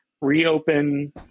reopen